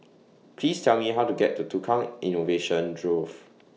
Please Tell Me How to get to Tukang Innovation Grove